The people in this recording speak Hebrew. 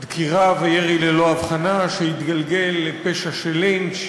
דקירה, וירי ללא הבחנה שהתגלגל לפשע של לינץ'.